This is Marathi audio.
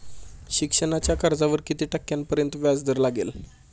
शिक्षणाच्या कर्जावर किती टक्क्यांपर्यंत व्याजदर लागेल?